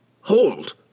Hold